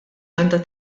għandha